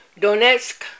Donetsk